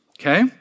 Okay